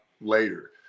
later